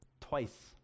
Twice